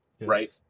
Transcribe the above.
Right